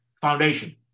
foundation